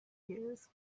years